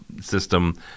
system